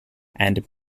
and